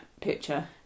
picture